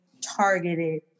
targeted